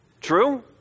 True